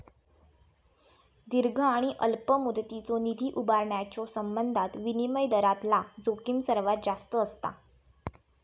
दीर्घ आणि अल्प मुदतीचो निधी उभारण्याच्यो संबंधात विनिमय दरातला जोखीम सर्वात जास्त असता